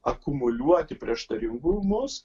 akumuliuoti prieštaringumus